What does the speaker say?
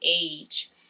age